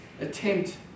attempt